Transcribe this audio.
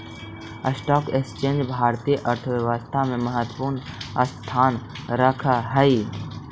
stock exchange भारतीय अर्थव्यवस्था में महत्वपूर्ण स्थान रखऽ हई